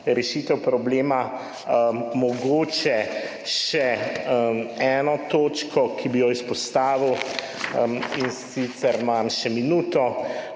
rešitev problema. Mogoče še ena točka, ki bi jo izpostavil. Imam še minuto.